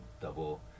double